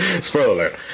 Spoiler